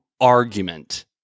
argument